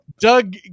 Doug